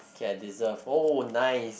okay I deserve oh nice